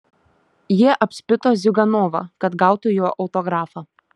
jie apspito ziuganovą kad gautų jo autografą